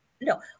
No